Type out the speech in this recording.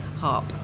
harp